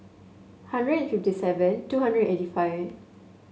hundred and fifty seven two hundred eighty five